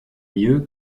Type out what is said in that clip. mieux